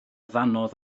ddannoedd